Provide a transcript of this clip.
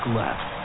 left